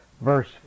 verse